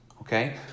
Okay